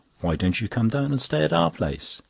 why don't you come down and stay at our place?